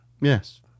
Yes